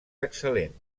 excel·lent